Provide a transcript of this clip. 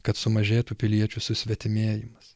kad sumažėtų piliečių susvetimėjimas